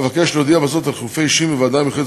אבקש להודיע בזאת על חילופי אישים בוועדה המיוחדת